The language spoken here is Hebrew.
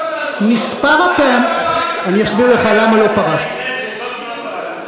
מספר הפעמים, למה לא פרשתם?